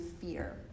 fear